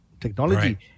technology